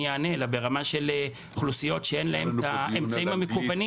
יענה אלא ברמה של אוכלוסיות את האמצעים המקוונים.